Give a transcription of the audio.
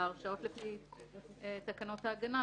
בהרשעות לפי תקנות ההגנה,